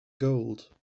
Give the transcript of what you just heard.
gold